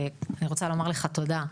ואני רוצה לומר לך תודה,